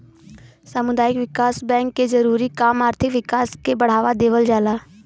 सामुदायिक विकास बैंक के जरूरी काम आर्थिक विकास के बढ़ावा देवल होला